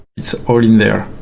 it's all in there